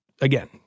again